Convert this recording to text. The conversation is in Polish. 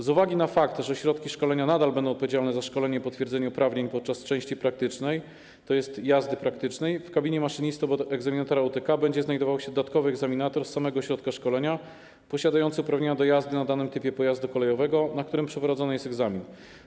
Z uwagi na fakt, że ośrodki szkolenia nadal będą odpowiedzialne za szkolenie i potwierdzenie uprawnień podczas części praktycznej, tj. jazdy praktycznej, w kabinie maszynistów poza egzaminatorem UTK będzie znajdował się dodatkowy egzaminator z samego ośrodka szkolenia posiadający uprawnienia do jazdy na danym typie pojazdu kolejowego, na którym przeprowadzany jest egzamin.